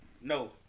No